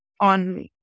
on